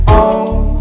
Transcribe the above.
on